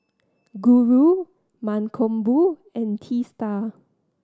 Guru Mankombu and Teesta